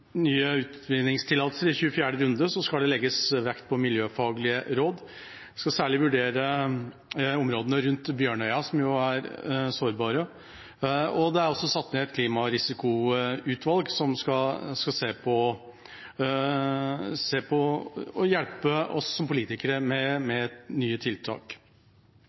nye utvinningstillatelser i 24. runde skal det legges vekt på miljøfaglige råd. En skal særlig vurdere områdene rundt Bjørnøya, som jo er sårbare. Det er også satt ned et klimarisikoutvalg som skal se på og hjelpe oss som politikere med nye tiltak.